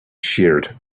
sheared